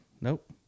Nope